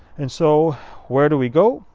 and so where do we go?